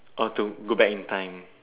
or to go back in time